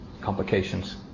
complications